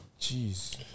Jeez